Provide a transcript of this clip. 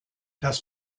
das